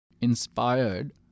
inspired